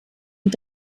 und